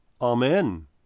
Amen